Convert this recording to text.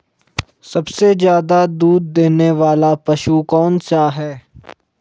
सबसे ज़्यादा दूध देने वाला पशु कौन सा है?